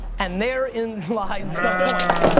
and there in lies the point.